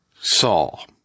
Saul